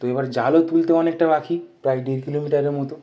তো এবার জালও তুলতে অনেকটা বাকি প্রায় দেড় কিলোমিটারের মতো